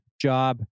job